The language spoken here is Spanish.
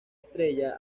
estrella